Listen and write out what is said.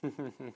mm mm